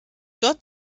dort